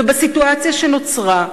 ובסיטואציה שנוצרה,